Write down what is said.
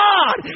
God